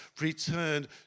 returned